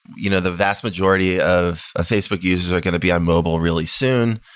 you know the vast majority of ah facebook users are going to be on mobile really soon.